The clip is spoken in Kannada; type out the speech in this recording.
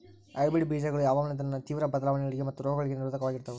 ಹೈಬ್ರಿಡ್ ಬೇಜಗಳು ಹವಾಮಾನದಲ್ಲಿನ ತೇವ್ರ ಬದಲಾವಣೆಗಳಿಗೆ ಮತ್ತು ರೋಗಗಳಿಗೆ ನಿರೋಧಕವಾಗಿರ್ತವ